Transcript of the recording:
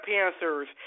Panthers